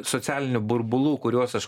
socialinių burbulų kuriuos aš